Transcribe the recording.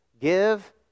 give